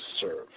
serve